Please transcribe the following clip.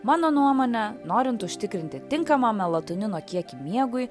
mano nuomone norint užtikrinti tinkamą melatonino kiekį miegui